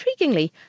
intriguingly